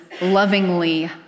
lovingly